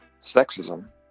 sexism